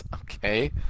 okay